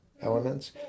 elements